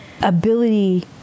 ability